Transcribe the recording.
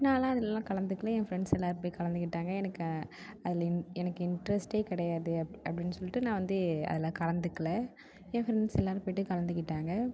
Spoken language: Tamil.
நாலாம் அதுலலாம் கலந்துக்கலை என் ஃபிரெண்ட்ஸ் எல்லாரும் போய் கலந்துக்கிட்டாங்க எனக்கு அதில் எனக்கு இன்ட்ரஸ்ட்டே கிடையாது அப்படின்னு சொல்லிவிட்டு நான் வந்து அதில் கலந்துக்கலை என் ஃபிரெண்ட்ஸ் எல்லாரும் போய்விட்டு கலந்துக்கிட்டாங்க